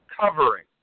covering